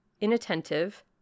inattentive